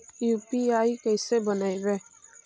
UPI कैसे बनइबै?